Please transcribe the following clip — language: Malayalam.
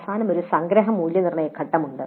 അവസാനം ഒരു സംഗ്രഹ മൂല്യനിർണ്ണയ ഘട്ടമുണ്ട്